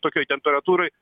tokioj temperatūroj